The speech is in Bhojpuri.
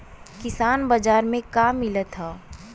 किसान बाजार मे का मिलत हव?